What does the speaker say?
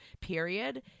period